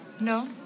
No